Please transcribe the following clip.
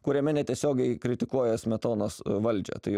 kuriame netiesiogiai kritikuoja smetonos valdžią tai